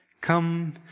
Come